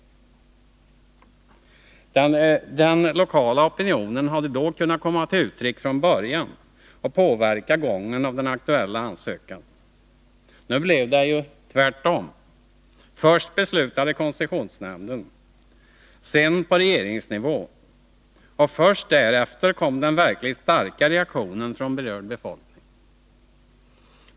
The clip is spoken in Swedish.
Den lokala opinionen hade då kunnat komma till uttryck från början och påverka gången av den aktuella ansökan. Nu blev det tvärtom: först beslut i koncessionsnämnden, sedan på regeringsnivå, först därefter kom den verkligt starka reaktionen från berörd befolkning.